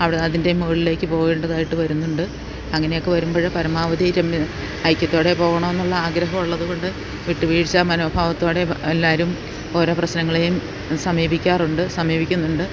അവിടെ അതിൻ്റെ മുകളിലേക്ക് പോവേണ്ടതായിട്ട് വരുന്നുണ്ട് അങ്ങനൊക്കെ വരുമ്പോൾ പരമാവധി രമ്യ ഐക്യത്തോടെ പോവണമെന്നുള്ള ആഗ്രഹം ഉള്ളതു കൊണ്ട് വിട്ട് വീഴ്ച മനോഭാവത്തോടെ പ എല്ലാവരും ഓരോ പ്രശ്നങ്ങളെയും സമീപിക്കാറുണ്ട് സമീപിക്കുന്നുണ്ട്